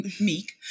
meek